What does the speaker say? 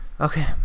Okay